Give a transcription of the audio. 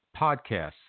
podcasts